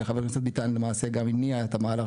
וחבר הכנסת ביטן למעשה גם הניע את המהלך